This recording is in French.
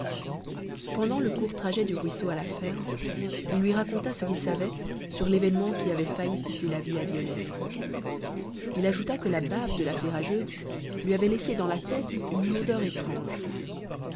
pendant le court trajet du ruisseau à la ferme il lui raconta ce qu'il savait sur l'événement qui avait failli coûter la vie à violette il ajouta que la bave de la fée rageuse lui avait laissé dans la tête une lourdeur étrange